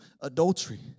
adultery